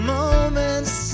moment's